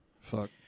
Fuck